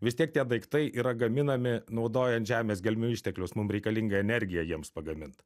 vis tiek tie daiktai yra gaminami naudojant žemės gelmių išteklius mum reikalinga energija jiems pagamint